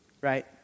right